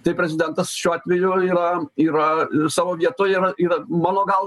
tai prezidentas šiuo atveju yra yra savo vietoj yra yra mano gal